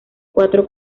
cuatro